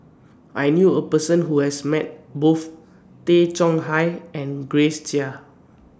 I knew A Person Who has Met Both Tay Chong Hai and Grace Chia